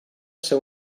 ser